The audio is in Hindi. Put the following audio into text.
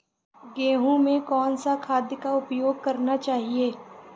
गेहूँ में कौन सा खाद का उपयोग करना चाहिए?